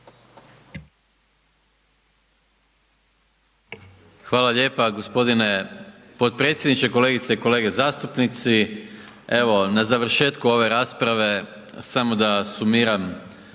Hvala lijepa g. potpredsjedniče. Kolegice i kolege zastupnici. Evo, na završetku ove rasprave, samo da sumiram